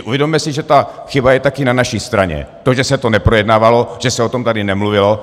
Uvědomme si, že ta chyba je taky na naší straně, to, že se to neprojednávalo, že se o tom tady nemluvilo.